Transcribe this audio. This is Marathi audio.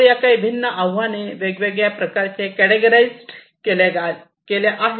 तर या काही भिन्न आव्हाने वेगवेगळ्या प्रकारे केटगराझ्ड केल्या आहेत